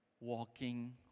walking